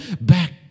back